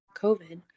COVID